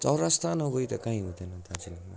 चौरस्ता नगइ त कहीँ हुँदैन दार्जिलिङमा